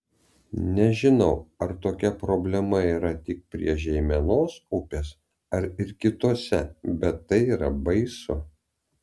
nežinau ar tokia problema yra tik prie žeimenos upės ar ir kitose bet tai yra baisu